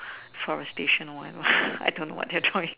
forestation or whatever I don't know what they're drawing